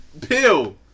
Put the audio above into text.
Pill